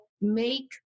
make